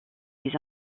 des